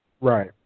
Right